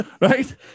Right